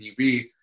TV